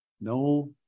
no